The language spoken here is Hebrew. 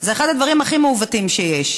זה אחד הדברים הכי מעוותים שיש,